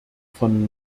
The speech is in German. von